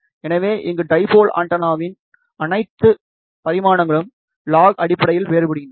எனவே இங்கே டைபோல் ஆண்டெனாவின் அனைத்து பரிமாணங்களும் லாஃக் அடிப்படையில் வேறுபடுகின்றன